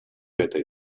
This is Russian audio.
этой